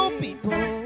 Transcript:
people